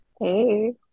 Hey